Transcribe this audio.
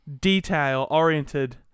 Detail-oriented